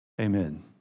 Amen